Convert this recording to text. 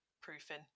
proofing